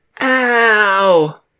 Ow